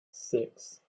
six